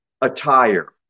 attire